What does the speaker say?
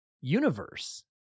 universe